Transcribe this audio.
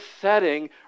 setting